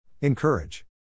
Encourage